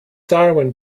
darwin